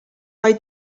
why